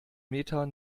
meter